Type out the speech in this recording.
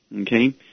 okay